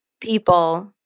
people